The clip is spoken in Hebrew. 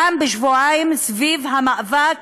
פעם בשבועיים, סביב המאבק